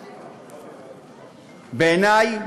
בעיני,